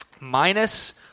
minus